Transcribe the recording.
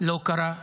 לא קרה.